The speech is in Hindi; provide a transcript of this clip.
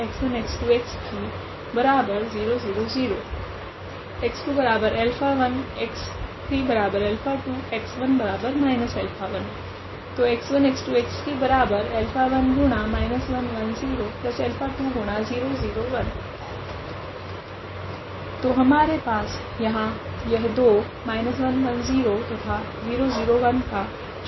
तो हमारे पास यहाँ यह दो तथा का 4 अल्फा जनरेटरस के रूप मे है